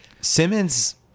Simmons